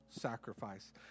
sacrifice